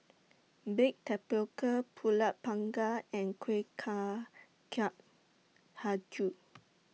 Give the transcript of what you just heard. Baked Tapioca Pulut Panggang and Kueh Kacang Hijau